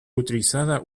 utilizada